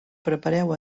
prepareu